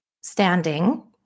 standing